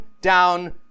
down